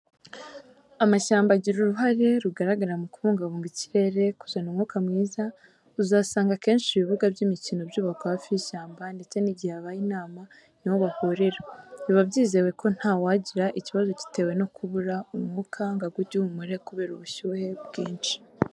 Amashyamba agira uruhare rugaragara mu kubungabunga ikirere, kuzana umwuka mwiza; uzasanga akenshi ibibuga by'imikino byubakwa hafi y'ishyamba ndetse n'igihe habaye inama niho bahurira, biba byizewe ko nta wagira ikibazo gitewe no kubura umwuka ngo agwe igihumure kubera ubushyuhe bwinshi.